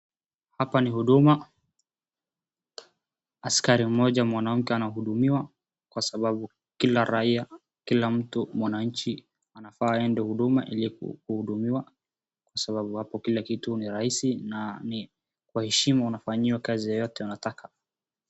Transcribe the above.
Hapa ni huduma, askari mmoja mwanamke anahudumiwa kwa sababu kila raia, kila mtu mwananchi anafaa aende huduma ili kuhudumiwa kwa sababu hapo kila kitu ni rahisi na ni kwa heshima unafanyiwa kazi yoyote unataka.